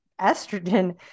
estrogen